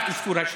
רק אזכור השם.